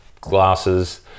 glasses